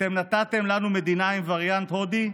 אתם נתתם לנו מדינה עם וריאנט הודי,